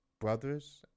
brothers